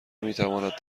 میتواند